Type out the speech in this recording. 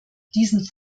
diesen